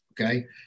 okay